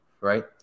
right